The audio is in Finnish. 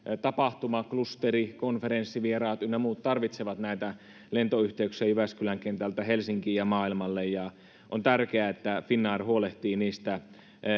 tapahtumaklusteri konferenssivieraat ynnä muut tarvitsevat näitä lentoyhteyksiä jyväskylän kentältä helsinkiin ja maailmalle ja on tärkeää että finnair huolehtii niistä